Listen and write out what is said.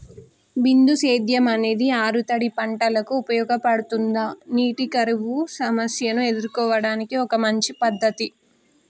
బిందు సేద్యం అనేది ఆరుతడి పంటలకు ఉపయోగపడుతుందా నీటి కరువు సమస్యను ఎదుర్కోవడానికి ఒక మంచి పద్ధతి?